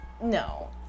No